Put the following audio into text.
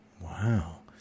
Wow